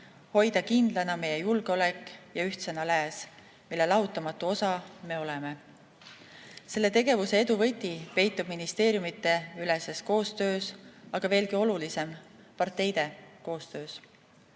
hoida kindlana meie julgeolek ja ühtsena lääs, mille lahutamatu osa me oleme. Selle tegevuse edu võti peitub ministeeriumideüleses koostöös, aga veelgi olulisem – parteide koostöös.